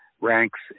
ranks